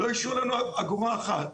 לא השאיר לנו אגורה אחת.